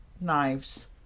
knives